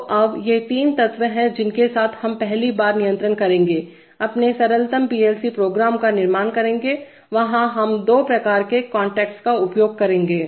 तो अब ये तीन तत्व हैं जिनके साथ हम पहली बार नियंत्रण करेंगे अपने सरलतम पीएलसी प्रोग्राम का निर्माण करेंगे वहाँ हम दो प्रकार के कांटेक्ट का उपयोग करेंगे